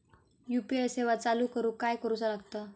UPI सेवा चालू करूक काय करूचा लागता?